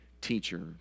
teacher